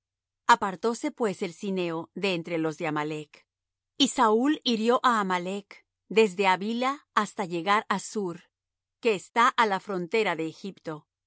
egipto apartóse pues el cineo de entre los de amalec y saúl hirió á amalec desde havila hasta llegar á shur que está á la frontera de egipto